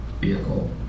vehicle